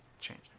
change